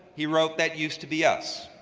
he wrote that used to be us.